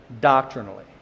doctrinally